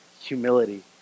humility